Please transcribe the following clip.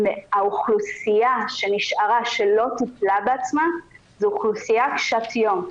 האוכלוסייה שנשארה שלא טיפלה בעצמה זו אוכלוסייה קשת יום.